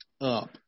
up